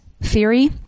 theory